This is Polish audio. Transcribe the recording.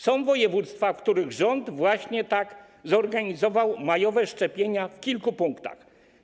Są województwa, w których rząd właśnie tak zorganizował majowe szczepienia w kilku punktach.